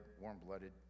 warm-blooded